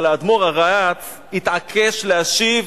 אבל האדמו"ר הריי"צ התעקש להשיב